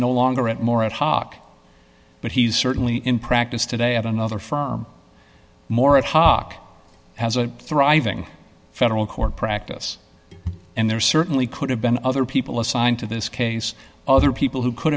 no longer at more ad hoc but he's certainly in practice today at another firm more of hock has a thriving federal court practice and there certainly could have been other people assigned to this case other people who could